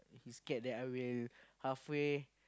he scared that I will halfway